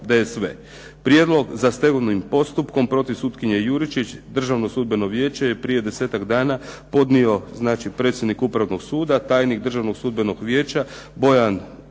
… prijedlog za stegovnim postupkom protiv sutkinje Juričić. Državno sudbeno vijeće je prije desetak dana podnio znači predsjednik Upravnog suda, tajnik Državnog sudbenog vijeća Bojan Bugarin